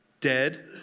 dead